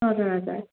हजुर हजुर